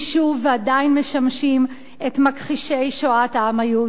ועדיין משמשים את מכחישי שואת העם היהודי,